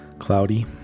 Cloudy